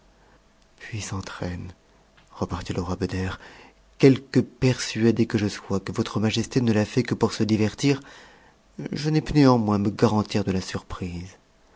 puissante reine repartit le roi beder quelque persuadé que je sois que votre majesté ne l'a fait que pour se divertir je n'ai pu oeat'j oitts me garantir de la surprise